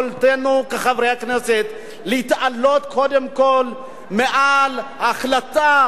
יכולתנו כחברי הכנסת להתעלות קודם כול מעל ההחלטה